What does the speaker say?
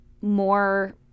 more